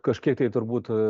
kažkiek tai turbūt